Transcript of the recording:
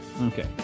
Okay